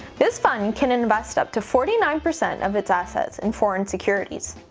this fund can invest up to forty nine percent of its assets in foreign securities.